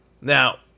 Now